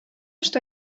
что